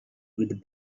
with